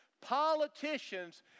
Politicians